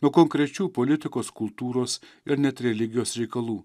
nuo konkrečių politikos kultūros ir net religijos reikalų